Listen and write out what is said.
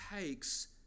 takes